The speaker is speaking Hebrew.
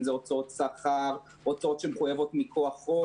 אם זה הוצאות שכר או הוצאות שמחויבות מכוח חוק,